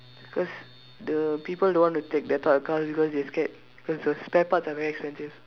because the people don't want to take that type of car because they scared cause the spare parts are very expensive